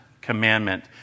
commandment